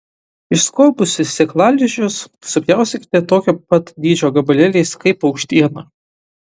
išskobusi sėklalizdžius supjaustykite tokio pat dydžio gabalėliais kaip paukštieną